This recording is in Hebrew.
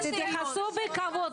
תתייחסו בכבוד,